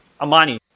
Amani